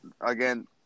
again